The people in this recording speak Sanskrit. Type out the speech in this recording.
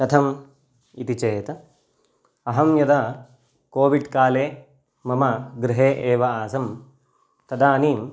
कथम् इति चेत् अहं यदा कोविड्काले मम गृहे एव आसम् तदानीम्